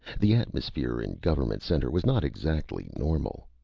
the atmosphere in government center was not exactly normal.